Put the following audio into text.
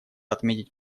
отметить